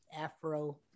afro